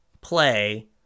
play